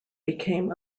became